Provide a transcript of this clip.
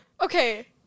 Okay